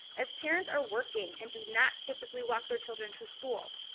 as parents are working and do not typically walk their children to school.